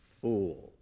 fools